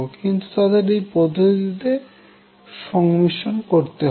কিন্তু তাদের এই পদ্ধতিতে সংমিশ্রন করতে হবে